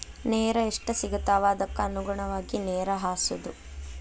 ನೇರ ಎಷ್ಟ ಸಿಗತಾವ ಅದಕ್ಕ ಅನುಗುಣವಾಗಿ ನೇರ ಹಾಸುದು